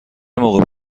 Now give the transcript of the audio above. موقع